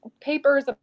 papers